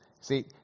See